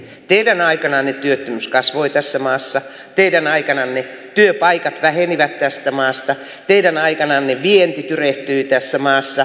teidän aikananne työttömyys kasvoi tässä maassa teidän aikananne työpaikat vähenivät tästä maasta teidän aikananne vienti tyrehtyi tässä maassa